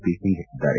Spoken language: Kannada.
ಪಿ ಸಿಂಗ್ ಹೇಳಿದ್ದಾರೆ